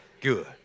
Good